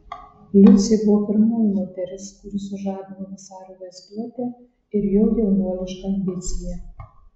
liucė buvo pirmoji moteris kuri sužadino vasario vaizduotę ir jo jaunuolišką ambiciją